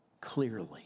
clearly